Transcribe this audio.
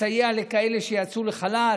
סיוע לכאלה שיצאו לחל"ת,